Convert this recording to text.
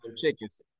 Chickens